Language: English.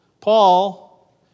Paul